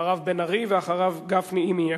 אחריו, בן-ארי, ואחריו, גפני, אם יהיה.